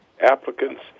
Applicants